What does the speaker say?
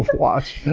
watch.